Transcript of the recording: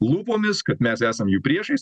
lūpomis kad mes esam jų priešais